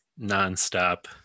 nonstop